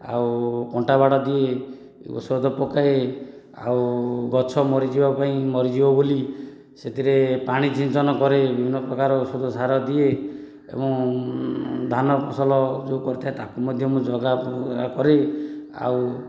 ଆଉ କଣ୍ଟାବାଡ଼ ଦିଏ ଔଷଧ ପକାଏ ଆଉ ଗଛ ମରିଯିବା ପାଇଁ ମରିଯିବ ବୋଲି ସେଥିରେ ପାଣି ଛିଞ୍ଚନ କରେ ବିଭିନ୍ନ ପ୍ରକାର ଔଷଧ ସାର ଦିଏ ଏବଂ ଧାନ ଫସଲ ଯେଉଁ କରିଥାଏ ତାକୁ ମଧ୍ୟ ମୁଁ ଜଗାକରେ ଆଉ